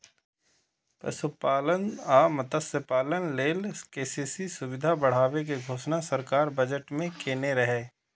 पशुपालन आ मत्स्यपालन लेल के.सी.सी सुविधा बढ़ाबै के घोषणा सरकार बजट मे केने रहै